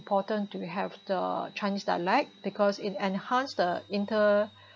important to have the Chinese dialect because it enhanced the inter